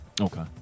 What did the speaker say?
Okay